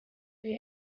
the